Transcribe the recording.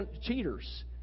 cheaters